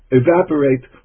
evaporate